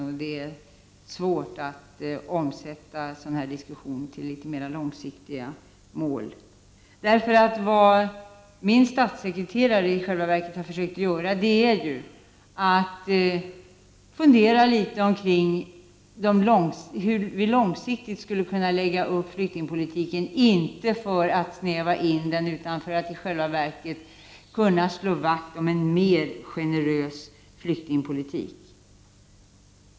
Det är svårt att omsätta den diskussionen i mer långsiktiga mål. Det min statssekreterare i själva verket har försökt att göra är att fundera litet om hur vi långsiktigt skulle kunna lägga upp flyktingpolitiken, inte för att åstadkomma snäva begränsningar, utan för att i själva verket kunna slå vakt om en mer generös flyktingpolitik.